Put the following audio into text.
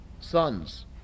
sons